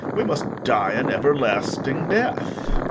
we must die an everlasting death.